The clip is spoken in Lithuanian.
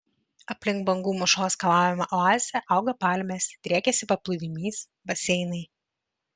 aplink bangų mūšos skalaujamą oazę auga palmės driekiasi paplūdimys baseinai